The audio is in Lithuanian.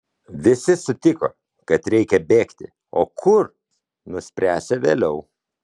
visi sutiko kad reikia bėgti o kur nuspręsią vėliau